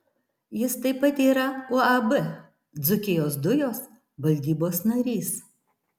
jis taip pat yra uab dzūkijos dujos valdybos narys